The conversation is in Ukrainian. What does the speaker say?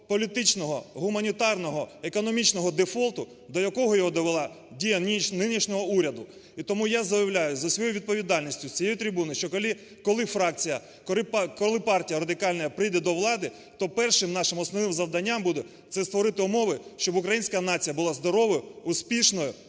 політичного, гуманітарного, економічного дефолту, до якого його довела дія нинішнього уряду. І тому я заявляю з усією відповідальністю з цієї трибуни, що коли фракція, коли партія Радикальна прийде до влади, то першим нашим основним завданням буде це створити умови, щоб українська нація була здоровою, успішною